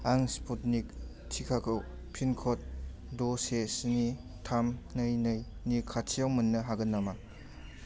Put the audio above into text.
आं स्पुटनिक टिकाखौ पिन क'ड द' से स्नि थाम नै नै नि खाथिआव मोन्नो हागोन नामा